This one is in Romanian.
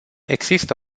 există